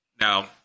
Now